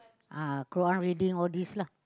uh Quran reading all these lah